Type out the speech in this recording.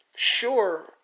Sure